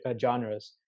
genres